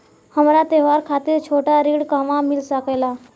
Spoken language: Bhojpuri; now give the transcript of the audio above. हमरा त्योहार खातिर छोटा ऋण कहवा मिल सकेला?